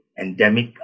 endemic